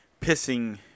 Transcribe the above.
pissing